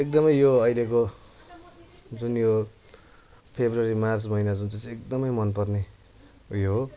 एकदमै यो अहिलेको जुन यो फेब्रुअरी मार्च महिना जुन चाहिँ छ एकदमै मन पर्ने उयो हो